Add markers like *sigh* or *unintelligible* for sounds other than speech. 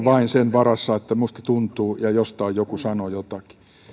*unintelligible* vain sen varassa että musta tuntuu ja jostain joku sanoo jotakin